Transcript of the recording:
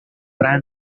ran